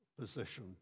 position